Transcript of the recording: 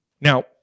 Now